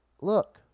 look